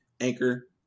Anchor